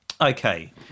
okay